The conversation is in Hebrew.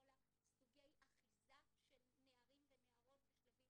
כל סוגי האחיזה של נערים ונערות בשלבים